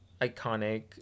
iconic